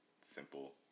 simple